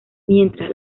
mientras